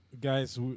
Guys